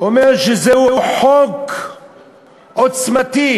אומר שזהו חוק עוצמתי,